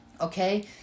Okay